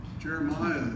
Jeremiah